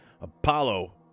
Apollo